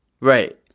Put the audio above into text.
Right